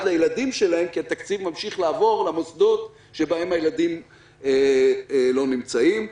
לילדים שלהם כי התקציב ממשיך לעבור למוסדות שבהם הילדים לא נמצאים.